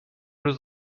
روز